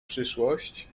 przyszłość